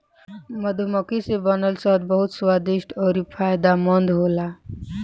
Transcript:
मधुमक्खी से बनल शहद बहुत स्वादिष्ट अउरी फायदामंद होला